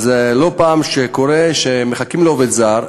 לא פעם קורה שמחכים לעובד זר,